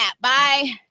Bye